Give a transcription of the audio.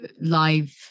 live